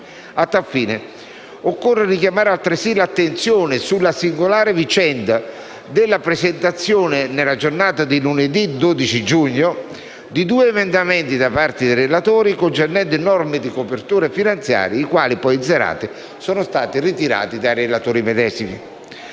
A tal fine occorre richiamare, altresì, l'attenzione sulla singolare vicenda della presentazione, nella giornata di lunedì 12 giugno, di due emendamenti da parte dei relatori, concernenti norme di copertura finanziaria, i quali poi, in serata, sono stati ritirati dai relatori medesimi.